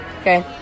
Okay